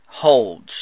holds